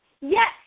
yes